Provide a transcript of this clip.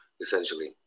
essentially